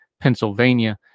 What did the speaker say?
Pennsylvania